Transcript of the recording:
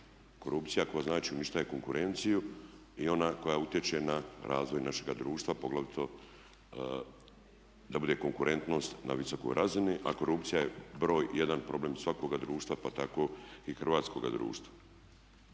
Korupcija koja znači unište konkurenciju i ona koja utječe na razvoj našega društva, poglavito da bude konkurentnost na visokoj razini a korupcija je broj 1. problem svakoga društva, pa tako i hrvatskoga društva.